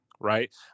Right